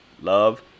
love